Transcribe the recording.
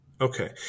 Okay